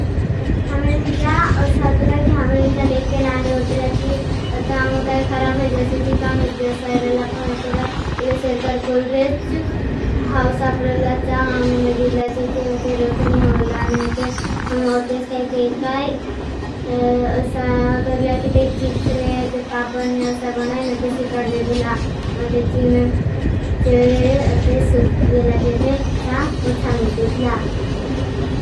साम्मेंरे विल्चा औ़का लेक्य नालों विल्चा ओतला है। अतम काई ख़ापज़ जास या में जो जो साइब रहा पन आते। काई बुले सरकर कूल रेच विलचा डिलगा आप मेंगदिला डिलगा थे। अद्टे रोतने हो लाने अदे हम अद्टेश काई तेगाए। अचा करला किते चीप्सेने अदे पापाने अचा बनाए नदे सुक दे। दिला नदे चीन चीण अदे सुक येला दिया दे पोचा मिद दिला।